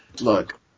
look